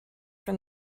from